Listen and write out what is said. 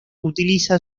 utiliza